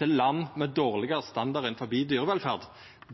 til land med dårlegare standard innan dyrevelferd.